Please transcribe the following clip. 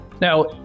Now